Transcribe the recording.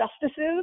justices